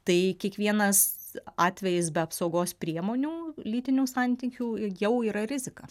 tai kiekvienas atvejis be apsaugos priemonių lytinių santykių jau yra rizika